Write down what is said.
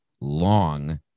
long